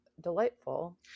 delightful